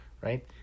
right